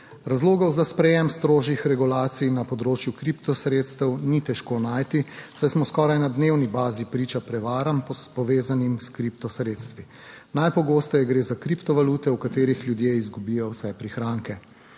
Razlogov za sprejetje strožjih regulacij na področju kriptosredstev ni težko najti, saj smo skoraj na dnevni bazi priča prevaram, povezanim s kriptosredstvi. Najpogosteje gre za kriptovalute, v katerih ljudje izgubijo vse prihranke.